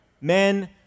Men